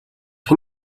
хэн